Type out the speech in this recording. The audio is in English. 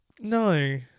No